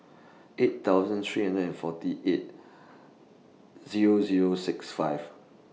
eight thousand three hundred and forty eight Zero Zero six five